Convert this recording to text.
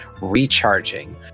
recharging